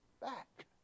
back